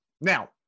now